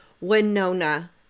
Winona